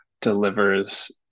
delivers